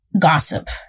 gossip